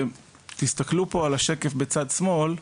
תסתכלו פה על השקף בצד שמאל,